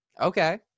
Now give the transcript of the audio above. okay